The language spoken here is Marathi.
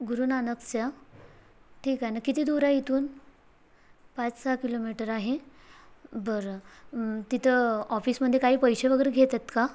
गुरुनानकच्या ठीक आहे ना किती दूर आहे इथून पाच सहा किलोमीटर आहे बरं तिथं ऑफिसमध्ये काही पैसे वगैरे घेतात का